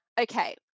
okay